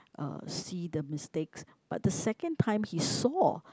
uh see the mistakes but the second time he saw